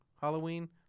Halloween